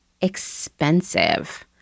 expensive